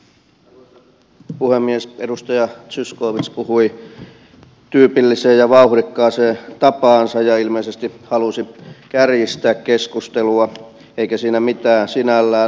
edustaja zyskowicz puhui tyypilliseen ja vauhdikkaaseen tapaansa ja ilmeisesti halusi kärjistää keskustelua eikä siinä mitään sinällään